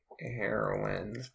heroin